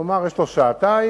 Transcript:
נאמר, יש לו שעתיים